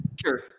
sure